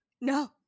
No